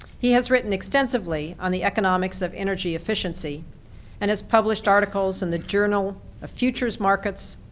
he has written extensively on the economics of energy efficiency and has published articles in the journal of futures markets,